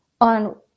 on